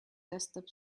desktop